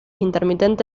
intermitente